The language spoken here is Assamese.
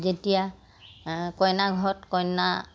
যেতিয়া কইনা ঘৰত কইনা